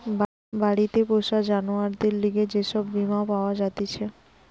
বাড়িতে পোষা জানোয়ারদের লিগে যে সব বীমা পাওয়া জাতিছে